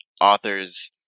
authors